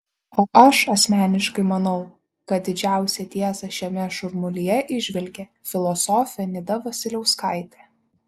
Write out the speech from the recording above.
o aš asmeniškai manau kad didžiausią tiesą šiame šurmulyje įžvelgė filosofė nida vasiliauskaitė